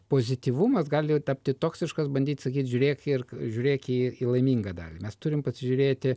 pozityvumas gali tapti toksiškas bandyti sakyti žiūrėk ir žiūrėki į laimingą dalį mes turim pasižiūrėti